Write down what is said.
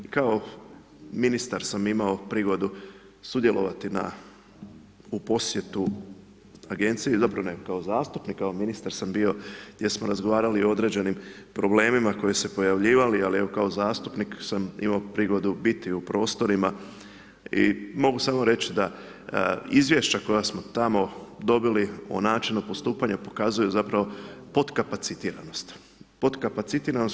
Kao ministar sam imao prigodu sudjelovati na u posjetu agenciji, zapravo, ne kao zastupnik, kao ministar sam bio, gdje smo razgovarali o određenim problemima koje su se pojavljivali, ali evo, kao zastupnik sam imao prigodu biti u prostorima i mogu samo reći da izvješća koja smo tamo dobili o načinu postupanju, pokazuj zapravo potkapacitiranosti, potkapacitiranosti.